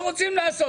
אני לא מאמין